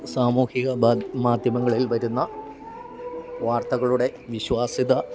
സാമൂഹിക മാധ്യമങ്ങളിൽ വരുന്ന വാർത്തകളുടെ വിശ്വാസ്യത